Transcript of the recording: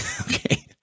Okay